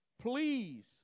please